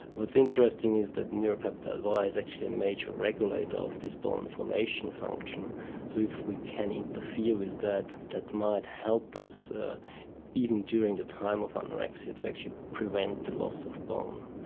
what's interesting is that neuropeptide y is actually a major regulator of this bone formation function so if we can interfere with that, that might help us even during the time of anorexia to actually prevent the loss of bone.